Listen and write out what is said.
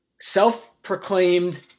self-proclaimed